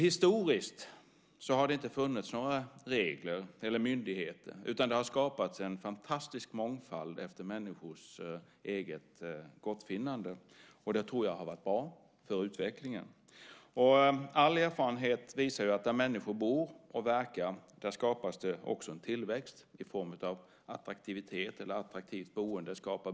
Historiskt har det inte funnits några regler eller myndigheter, utan det har skapats en fantastisk mångfald efter människors eget gottfinnande. Det tror jag har varit bra för utvecklingen. Alla erfarenheter visar att där människor bor och verkar skapas det också en tillväxt i form av attraktivt boende.